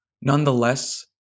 Nonetheless